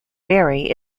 barry